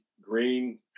green